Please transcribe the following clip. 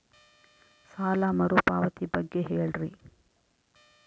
ಸಾಲ ಮರುಪಾವತಿ ಬಗ್ಗೆ ಹೇಳ್ರಿ?